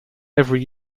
every